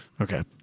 Okay